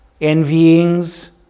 Envyings